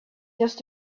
just